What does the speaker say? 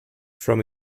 from